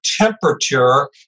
temperature